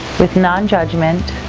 with non-judgment